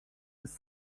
was